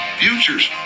futures